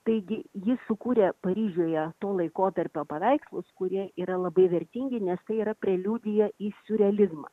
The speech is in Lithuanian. taigi jis sukūrė paryžiuje to laikotarpio paveikslus kurie yra labai vertingi nes tai yra preliudija į siurrealizmą